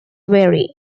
vary